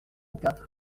quatre